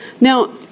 Now